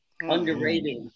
Underrated